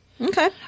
okay